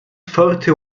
forty